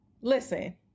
Listen